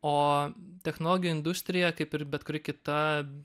o technologijų industrija kaip ir bet kuri kita